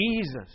Jesus